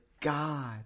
God